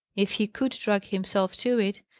if he could drag himself to it,